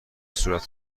صورت